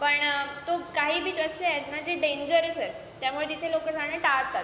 पण तो काही बीच असे आहेत ना जे डेंजरस आहेत त्यामुळे तिथे लोकं जाणं टाळतात